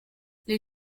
les